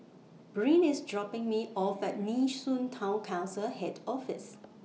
Bryn IS dropping Me off At Nee Soon Town Council Head Office